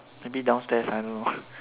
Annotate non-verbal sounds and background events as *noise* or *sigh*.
maybe downstairs I don't know *noise*